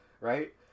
right